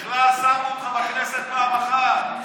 שבכלל שמו אותך בכנסת פעם אחת.